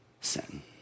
sin